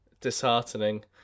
disheartening